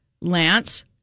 Lance